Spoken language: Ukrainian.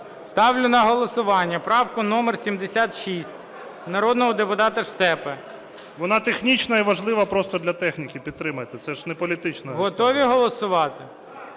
Ставлю на голосування правку номер 76 народного депутата Штепи. КОРНІЄНКО О.С. Вона технічна і важлива просто для техніки. Підтримайте. Це ж не політична… ГОЛОВУЮЧИЙ. Готові голосувати?